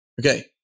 Okay